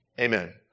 Amen